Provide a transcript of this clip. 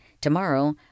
tomorrow